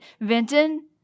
Vinton